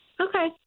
Okay